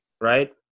right